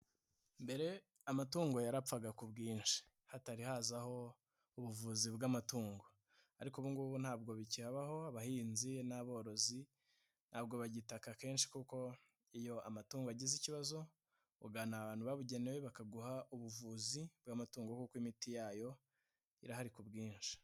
Mbere amatungo yarapfaga ku bwinshi hatari hazaho ubuvuzi bw'amatungo, ariko ubu ngubu ntabwo bikibaho abahinzi n'aborozi ntabwo bagitaka kenshi kuko iyo amatungo agize ikibazo, ugana abantu babugenewe bakaguha ubuvuzi bw'amatungo kuko imiti yayo irahari ku bwinshi.